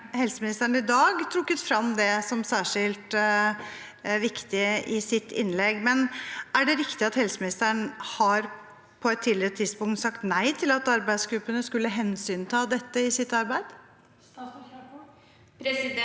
Helseministeren har i dag trukket frem det som særskilt viktig i sitt innlegg. Er det riktig at helseministeren på et tidligere tidspunkt har sagt nei til at arbeidsgruppene skulle hensynta dette i sitt arbeid?